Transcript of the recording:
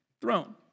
throne